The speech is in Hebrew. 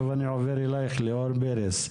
עכשיו אני עובר אלייך, ליאור ברס,